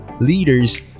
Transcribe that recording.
leaders